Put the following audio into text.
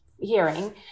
hearing